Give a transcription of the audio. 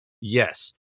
Yes